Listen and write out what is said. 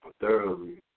thoroughly